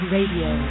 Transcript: Radio